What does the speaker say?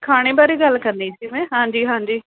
ਖਾਣੇ ਬਾਰੇ ਗੱਲ ਕਰਨੀ ਜੀ ਮੈਂ ਹਾਂਜੀ ਹਾਂਜੀ